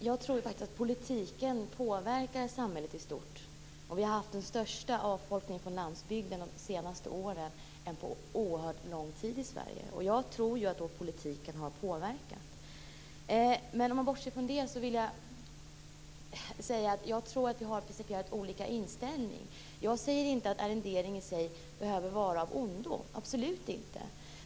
Herr talman! Jag tror att politiken påverkar samhället i stort. Vi har under de senaste åren haft den största avfolkningen från landsbygden på oerhört lång tid i Sverige. Jag tror att politiken har påverkat detta. Bortsett från det vill jag säga att jag tror att vi har principiellt olika inställning. Jag säger inte att arrenden i sig behöver vara av ondo - absolut inte.